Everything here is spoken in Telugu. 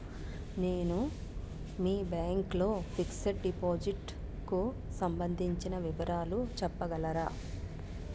నేను మీ బ్యాంక్ లో ఫిక్సడ్ డెపోసిట్ కు సంబందించిన వివరాలు చెప్పగలరా?